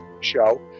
show